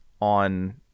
on